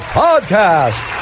podcast